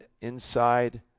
inside